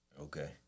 Okay